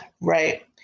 Right